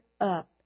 up